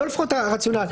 זה לפחות הרציונל.